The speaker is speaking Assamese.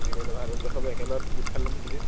কেনেকৈ কৰিলে ভাল হ'ব তেতিয়া সবে একেলগত গোট খাই ল'ম তেতিয়া